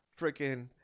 freaking